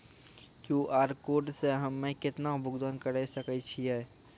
QR code से हम्मय केतना भुगतान करे सके छियै?